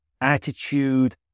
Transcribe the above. attitude